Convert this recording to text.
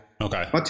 Okay